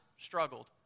struggled